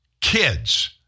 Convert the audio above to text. kids